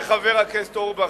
מכיוון שחבר הכנסת אורבך,